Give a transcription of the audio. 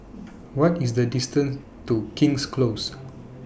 What IS The distance to King's Close